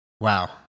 wow